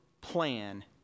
plan